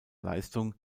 leistung